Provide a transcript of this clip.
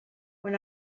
when